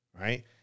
right